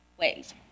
ways